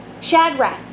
Shadrach